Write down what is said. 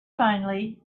finally